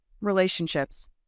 Relationships